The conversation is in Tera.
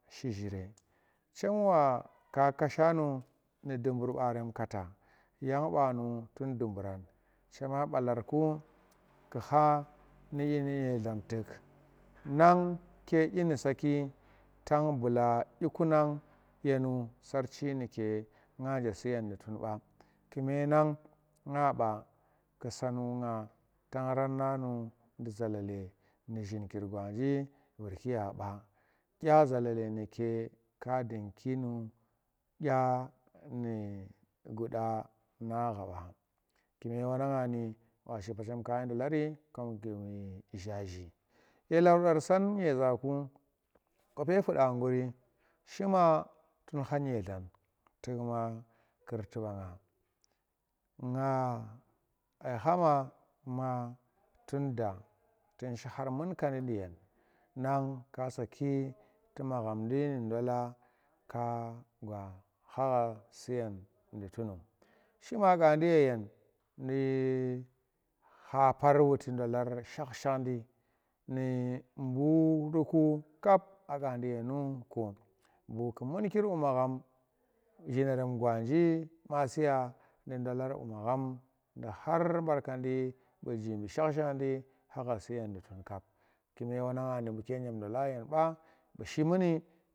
Shi chire chem wa ka ksha nu nu dubur barem kata yang ba nu tun duburan chem balar ku ku khanu nyeedlan tuk na ke dyinu saki tan bula dyiku nang yenu sarchi nuke nga nje suyen nu tunba kume nang nga ba kusa nu nga ta ran na nu zalale nu zhinkir kwanji vurki ya ba kya zalale nu ke a dunki nu kya nu guda na ghaba kume wannang ni wa shipa chem ka shi ndokri kom zunni zhaaji ye landar san nyeezaku kope fuda guri duma tun kha nyedlan tuk ma kurti banga nga kha ma tun da tun shi khar munkandi nuyen nang ka sa ki tu maghamdi nu ndola ka gwa kha ha suyen nu tunu shima gandi yeyen nu khapar wuti ndolar shakh shakhdi nu bu ndukku kapgandi yenu bu ku munkir bu magham zhinerem gwanji masiya nu ndolar bu magham khar barkandi nu njimbi shakh shakhdi kha gha suyen nu tun kap kume wannang ni buke nyem ndolar yen bu shi muni.